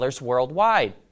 worldwide